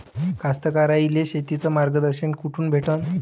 कास्तकाराइले शेतीचं मार्गदर्शन कुठून भेटन?